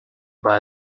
buy